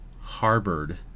harbored